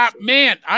Man